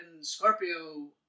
Scorpio